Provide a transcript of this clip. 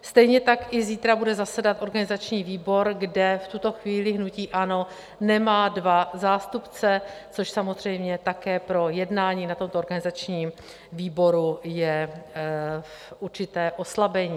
Stejně tak i zítra bude zasedat organizační výbor, kde v tuto chvíli hnutí ANO nemá dva zástupce, což samozřejmě pro jednání na tomto organizačním výboru je určité oslabení.